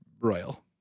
royal